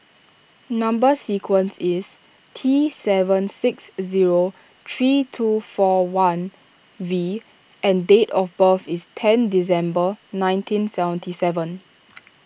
Number Sequence is T seven six zero three two four one V and date of birth is ten December nineteen seventy seven